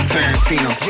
Tarantino